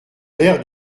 l’air